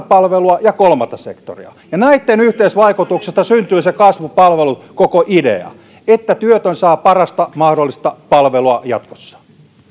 palvelua ja kolmatta sektoria ja näitten yhteisvaikutuksesta syntyy se kasvupalvelun koko idea se että työtön saa parasta mahdollista palvelua jatkossa